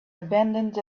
abandoned